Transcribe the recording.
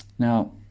Now